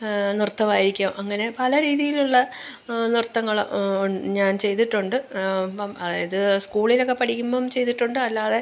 നൃത്തമായിരിക്കും അങ്ങനെ പല രീതിയിലുള്ള നൃത്തങ്ങള് ഉ ഞാൻ ചെയ്തിട്ടുണ്ട് അപ്പോള് അതായത് സ്കൂളിലൊക്കെ പഠിക്കുമ്പോള് ചെയ്തിട്ടുണ്ട് അല്ലാതെ